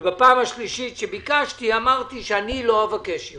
בפעם השלישית שביקשתי אמרתי שלא אבקש יותר.